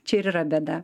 čia ir yra bėda